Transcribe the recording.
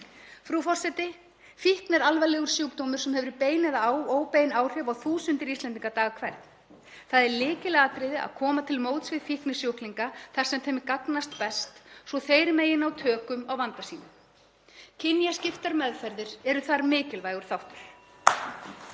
Frú forseti. Fíkn er alvarlegur sjúkdómur sem hefur bein eða óbein áhrif á þúsundir Íslendinga dag hvern. Það er lykilatriði að koma til móts við fíknisjúklinga þar sem þeim gagnast best svo þeir megi ná tökum á vanda sínum. Kynjaskiptar meðferðir eru þar mikilvægur þáttur.